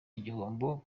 igihombo